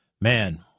Man